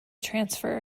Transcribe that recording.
transfer